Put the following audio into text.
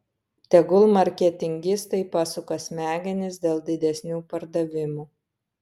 tegul marketingistai pasuka smegenis dėl didesnių pardavimų